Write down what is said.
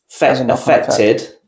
affected